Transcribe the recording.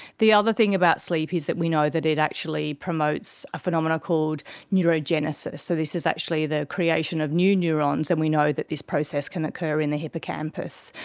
the other thing about sleep is that we know that it actually promotes a phenomena called neurogenesis, so this is actually the creation of new neurons, and we know that this process can occur in the hippocampus.